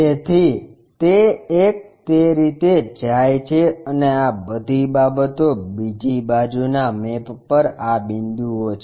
તેથી તે એક તે રીતે જાય છે અને આ બધી બાબતો બીજી બાજુના મેપ પર આ બિંદુઓ છે